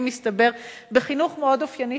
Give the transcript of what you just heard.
אבל לפעמים מסתבר שבחינוך מאוד אופייני